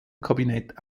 kabinett